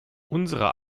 unserer